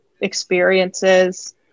experiences